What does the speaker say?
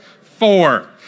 Four